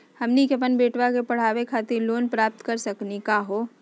हमनी के अपन बेटवा क पढावे खातिर लोन प्राप्त कर सकली का हो?